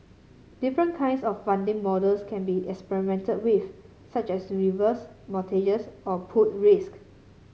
different kinds of funding models can be experimented with such as reverse mortgages or pooled risk